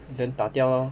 then 打掉 lor